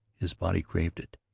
his body craved it.